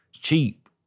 cheap